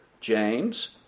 James